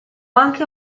anche